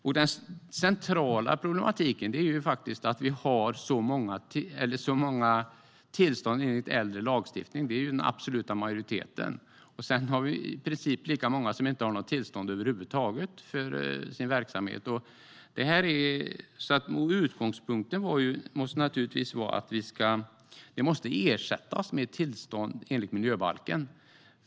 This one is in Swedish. Det centrala problemet är att det finns så många tillstånd enligt äldre lagstiftning. De är i absolut majoritet. Sedan finns det i princip lika många som inte har tillstånd för sin verksamhet. Utgångspunkten måste naturligtvis vara att ersätta med tillstånd enligt miljöbalken.